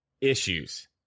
issues